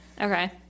okay